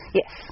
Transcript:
yes